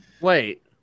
wait